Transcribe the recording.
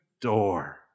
door